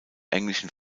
englischen